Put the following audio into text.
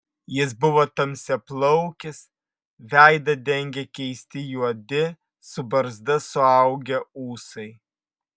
jis buvo tamsiaplaukis veidą dengė keisti juodi su barzda suaugę ūsai